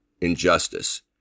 injustice